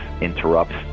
interrupts